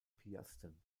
piasten